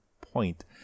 point